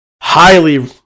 Highly